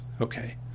Okay